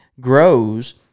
grows